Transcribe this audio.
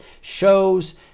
shows